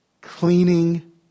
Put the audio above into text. cleaning